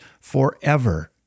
forever